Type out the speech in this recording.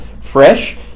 fresh